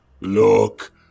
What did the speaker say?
look